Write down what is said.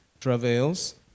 travails